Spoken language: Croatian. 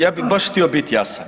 Ja bi baš htio biti jasan.